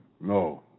No